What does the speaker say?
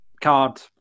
card